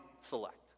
select